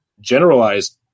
generalized